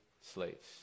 slaves